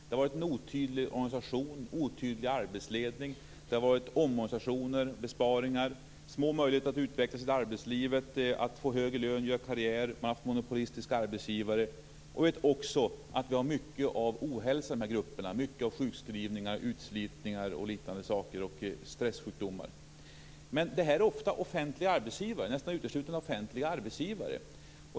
Det har varit en otydlig organisation och otydlig arbetsledning. Det har varit omorganisationer, besparingar och små möjligheter att utvecklas i arbetslivet, få högre lön och göra karriär. Man har haft monopolistiska arbetsgivare. Vi vet också att det finns mycket ohälsa i dessa grupper: sjukskrivningar, utslitning och stressjukdomar. Detta gäller nästan uteslutande offentliga arbetsgivare.